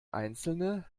einzelne